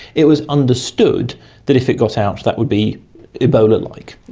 it was understood that if it got out that would be ebola-like,